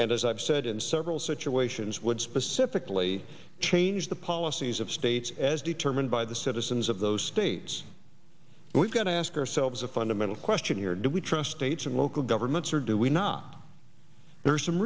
and as i've said in several situations would specifically change the policies of states as determined by the citizens of those states and we've got to ask ourselves a fundamental question here do we trust states and local governments or do we not there are some